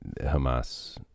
Hamas